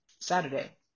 Saturday